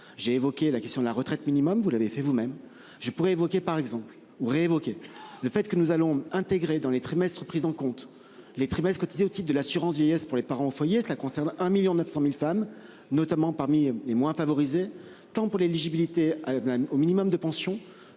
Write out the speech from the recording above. J'ai évoqué la question de la retraite minimum, vous l'avez fait vous-même je pourrais évoquer par exemple ou révoqué le fait que nous allons intégrer dans les trimestres prise en compte les trimestres cotisés au type de l'assurance vieillesse pour les parents au foyer. Cela concerne 1.900.000 femmes notamment parmi les moins favorisés, tant pour l'éligibilité à la CNAM au minimum de pension